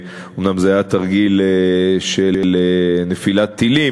אומנם זה היה תרגיל של נפילת טילים,